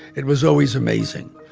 it was always amazing.